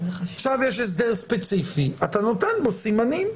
עכשיו יש הסדר ספציפי ואתה נותן בו סימנים.